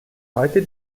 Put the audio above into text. heute